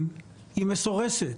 ואני רוצה לשאול,